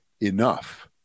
enough